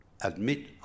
Admit